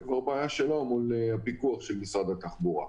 זו כבר בעיה שלו מול הפיקוח של משרד התחבורה.